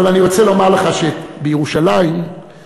אבל אני רוצה לומר לך שבירושלים אנחנו